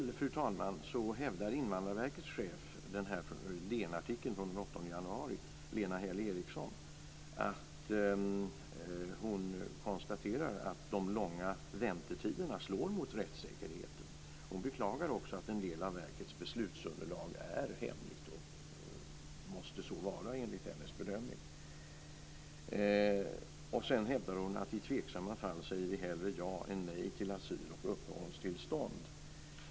Fru talman! I samma artikel, den här DN-artikeln från den 8 januari, konstaterar Invandrarverkets chef Lena Häll Eriksson att de långa väntetiderna slår mot rättssäkerheten. Hon beklagar också att en del av verkets beslutunderlag är hemligt och enligt hennes bedömning måste så vara. Sedan hävdar hon att i tveksamma fall blir det hellre ja än nej till asyl och uppehållstillstånd.